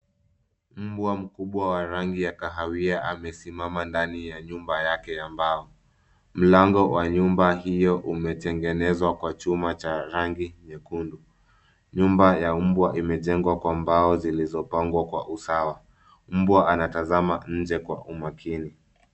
Mbwa mkubwa wa rangi ya kahawia amesimama ndani ya nyumba yake ya mbao. Mlango wa nyumba hiyo umetengenezwa kwa chuma cha rangi nyekundu. Nyumba ya mbwa imejengwa kwa mbao zilizopangwa kwa usawa. Mbwa anatazama nje kwa umakini.